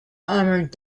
armored